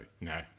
No